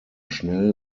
schnell